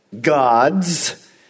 gods